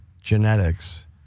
genetics